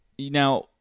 Now